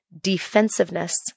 defensiveness